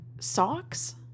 Socks